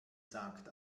sagt